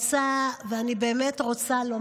של חברת הכנסת סון הר